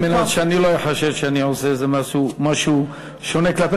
על מנת שאני לא איחשד שאני עושה איזה משהו שונה כלפיך,